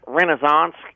renaissance